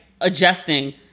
adjusting